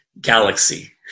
galaxy